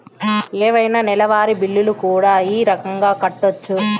ఏవైనా నెలవారి బిల్లులు కూడా ఈ రకంగా కట్టొచ్చు